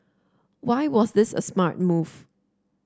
why was this a smart move